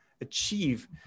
achieve